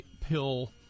Pill